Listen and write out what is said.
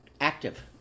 active